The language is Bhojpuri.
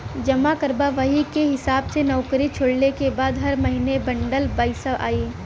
जमा करबा वही के हिसाब से नउकरी छोड़ले के बाद हर महीने बंडल पइसा आई